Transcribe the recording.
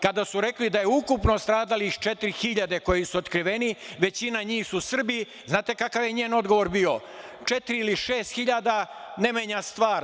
Kada su rekli da je ukupno stradalih četiri hiljade, koji su otkriveni, većina njih su Srbi, znate kakav je njen odgovor bio - četiri ili šest hiljada ne menja stvar.